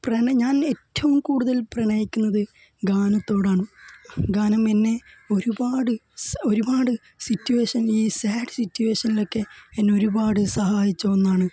പ്രണ ഞാൻ ഏറ്റവും കൂടുതല് പ്രണയിക്കുന്നത് ഗാനത്തോടാണ് ഗാനം എന്നെ ഒരുപാട് സ ഒരുപാട് സിറ്റുവേഷന് ഈ സാഡ് സിറ്റുവേഷനിലൊക്കെ എന്നെ ഒരുപാടു സഹായിച്ച ഒന്നാണ്